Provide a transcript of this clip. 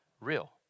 real